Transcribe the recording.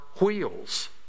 wheels